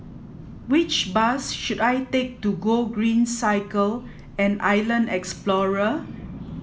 which bus should I take to Gogreen Cycle and Island Explorer